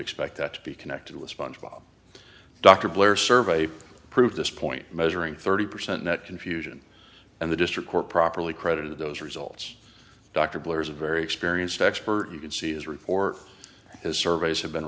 expect that to be connected with sponge bob dr blair survey proved this point measuring thirty percent net confusion and the district court properly credited those results dr blair is a very experienced expert you can see his report his surveys have been